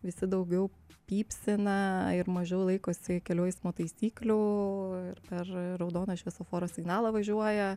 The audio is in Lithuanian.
visi daugiau pypsina ir mažiau laikosi kelių eismo taisyklių ir per raudoną šviesoforo signalą važiuoja